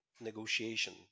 negotiation